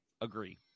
Agree